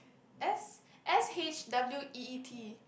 S_S_H_W_E_E_T